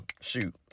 shoot